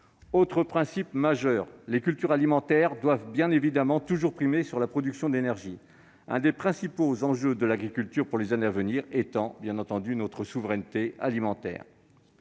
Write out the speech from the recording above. Autre principe majeur : les cultures alimentaires doivent bien évidemment toujours prévaloir par rapport à la production d'énergie, un des principaux enjeux de l'agriculture pour les années à venir étant notre souveraineté alimentaire.